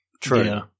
True